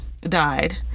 died